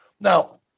Now